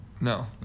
No